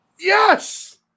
Yes